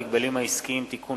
הצעת חוק ההגבלים העסקיים (תיקון,